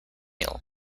meal